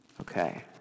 Okay